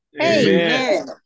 Amen